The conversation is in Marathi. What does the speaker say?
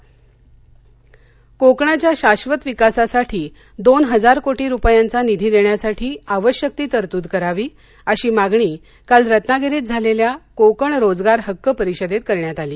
कोकण कोकणाच्या शाश्वत विकासासाठी दोन हजार कोटी रुपयांचा निधी देण्यासाठी आवश्यक ती तरतूद करावी अशी मागणी काल रत्नागिरीत झालेल्या कोकण रोजगार हक्क परिषदेत करण्यात आली